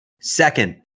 Second